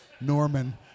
Norman